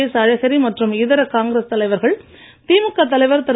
S Alagiri மற்றும் இதர காங்கிரஸ் தலைவர்கள் திமுக தலைவர் திரு